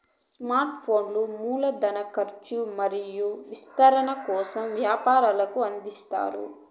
term లోన్లు మూల ధన కర్చు మరియు విస్తరణ కోసం వ్యాపారులకు అందిస్తారు